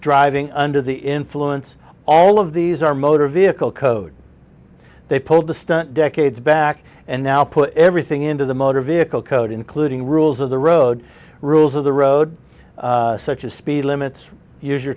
driving under the influence all of these are motor vehicle code they pulled the stunt decades back and now put everything into the motor vehicle code including rules of the road rules of the road such as speed limits use your